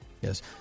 Yes